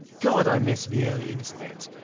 god i miss the early internet.